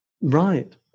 right